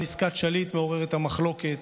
עסקת שליט מעוררת המחלוקת,